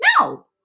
No